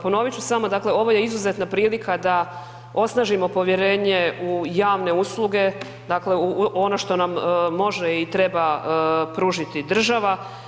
Ponovit ću samo, dakle ovo je izuzetna prilika da osnažimo povjerenje u javne usluge u ono što nam može i treba pružiti država.